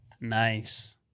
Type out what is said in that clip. Nice